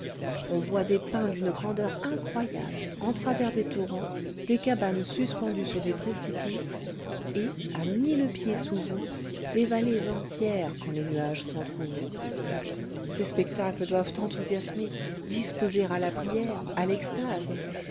on voit des pins d'une grandeur incroyable en travers des torrents des cabanes suspendues sur des précipices et à mille pieds sous vous des vallées entières quand les nuages s'entrouvrent ces spectacles doivent enthousiasmer disposer à la prière à l'extase